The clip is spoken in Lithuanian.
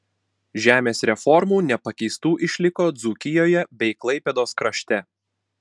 žemės reformų nepakeistų išliko dzūkijoje bei klaipėdos krašte